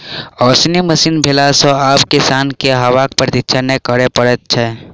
ओसौनी मशीन भेला सॅ आब किसान के हवाक प्रतिक्षा नै करय पड़ैत छै